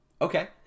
Okay